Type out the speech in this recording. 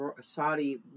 Saudi